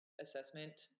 assessment